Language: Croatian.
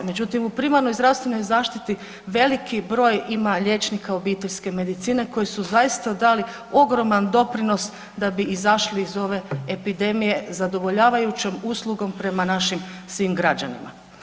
Međutim, u primarnoj zdravstvenoj zaštiti veliki broj ima liječnika obiteljske medicine koji su zaista dali ogroman doprinos da bi izašli iz ove epidemije zadovoljavajućom uslugom prema našim svim građanima.